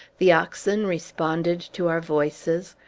the oxen responded to our voices.